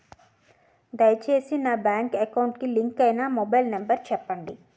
దయచేసి నా bank account కి లింక్ అయినా మొబైల్ నంబర్ చెప్పండి